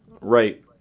Right